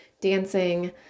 dancing